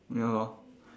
ya lor